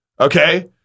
okay